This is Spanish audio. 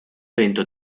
evento